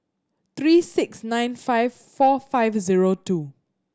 three six nine five four five zero two